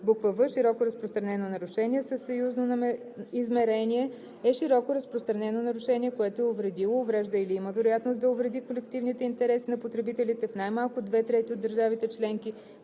в) широко разпространено нарушение със съюзно измерение е широко разпространено нарушение, което е увредило, уврежда или има вероятност да увреди колективните интереси на потребителите в най-малко две трети от държавите членки,